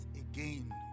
again